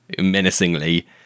menacingly